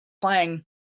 playing